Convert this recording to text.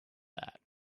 that